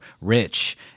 rich